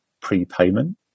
prepayment